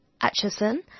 Atchison